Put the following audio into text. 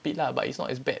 a bit lah but it's not as bad